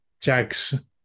Jags